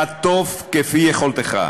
חטוף כפי יכולתך.